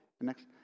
Next